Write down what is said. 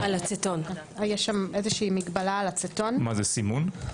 מגבלה על אצטון, סימון.